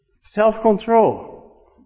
Self-control